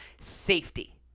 safety